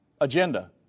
agenda